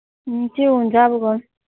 त्यो हुन्छ अब घर